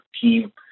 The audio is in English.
team